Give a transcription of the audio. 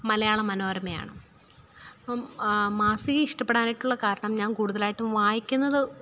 മലയാള മനോരമയാണ് അപ്പോള് മാസിക ഇഷ്ടപ്പെടാനായിട്ടുള്ള കാരണം ഞാൻ കൂടുതലായിട്ടും വായിക്കുന്നത്